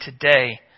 today